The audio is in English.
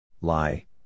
Lie